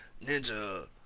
Ninja